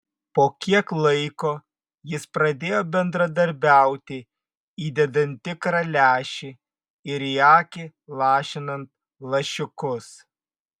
po kiek laiko jis pradėjo bendradarbiauti įdedant tikrą lęšį ir į akį lašinant lašiukus